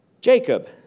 Jacob